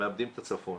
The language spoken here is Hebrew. מאבדים את הצפון.